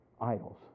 idols